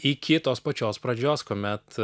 iki kitos pačios pradžios kuomet